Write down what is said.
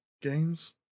games